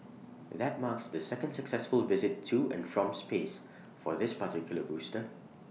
that marks the second successful visit to and from space for this particular booster